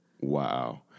Wow